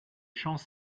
champs